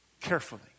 carefully